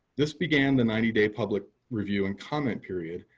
this began the ninety day public review and comment period,